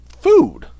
food